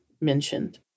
mentioned